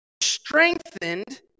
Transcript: strengthened